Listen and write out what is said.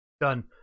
done